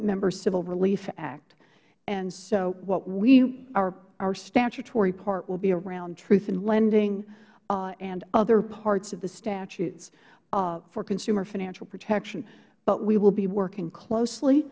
embers civil relief act and so what we areh our statutory part will be around truth in lending and other parts of the statute for consumer financial protection but we will be working closely